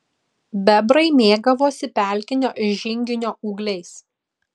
bebrai mėgavosi pelkinio žinginio ūgliais